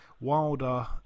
Wilder